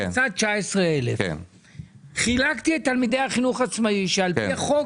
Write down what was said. יצא 19,000. חילקתי את תלמידי החינוך העצמאי שעל פי החוק